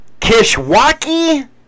Kishwaukee